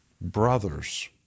brothers